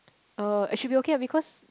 uh it should be okay ah because